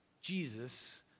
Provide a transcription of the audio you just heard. Jesus